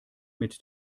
mit